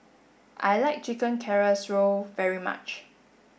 I like Chicken Casserole very much